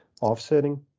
offsetting